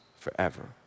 Forever